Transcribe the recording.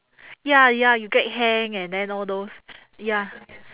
ya ya you get hang and then all those ya